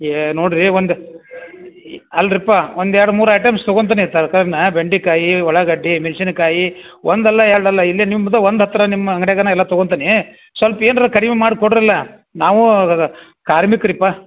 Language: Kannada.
ಏಯ್ ನೋಡಿರಿ ಒಂದು ಅಲ್ರಿಪ್ಪ ಒಂದು ಎರಡು ಮೂರು ಐಟಮ್ಸ್ ತೊಗೊಂತೀನಿ ತರ್ಕಾರಿನಾ ಬೆಂಡೆಕಾಯಿ ಉಳ್ಳಾಗಡ್ಡಿ ಮೆಣ್ಸಿನಕಾಯಿ ಒಂದಲ್ಲ ಎರಡು ಅಲ್ಲ ಇಲ್ಲೇ ನಿಮ್ದು ಒಂದು ಹತ್ತಿರ ನಿಮ್ಮ ಅಂಗ್ಡಿಯಾಗನಾ ಎಲ್ಲ ತೊಗೊಂತೀನಿ ಸ್ವಲ್ಪ ಏನಾರಾ ಕಡ್ಮೆ ಮಾಡಿ ಕೊಡ್ರಲ್ಲ ನಾವು ಕಾರ್ಮಿಕ್ರಪಾ